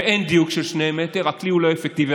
ואין דיוק של שני מטר, הכלי הוא לא אפקטיבי.